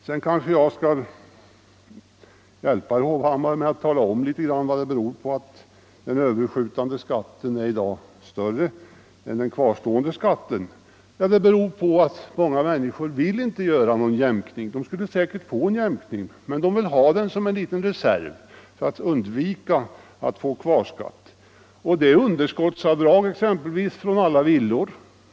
Jag kanske bör hjälpa herr Hovhammar genom att tala om för honom vad det beror på att den överskjutande skatten i dag är större än den kvarstående skatten. Det beror på att många människor inte vill göra någon jämkning. De skulle säkert få en jämkning, men de vill ha pengarna som en liten reserv för att undvika att få kvarskatt. Underskottsavdraget för villor är en av anledningarna.